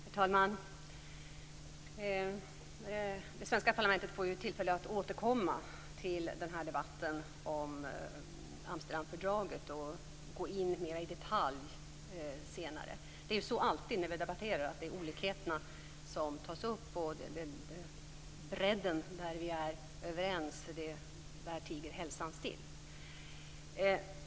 Herr talman! Det svenska parlamentet får tillfälle att återkomma till debatten om Amsterdamfördraget och gå in mer i detalj senare. När vi debatterar är det alltid olikheterna som tas upp. Hälsan tiger still på de punkter där vi är överens.